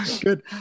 Good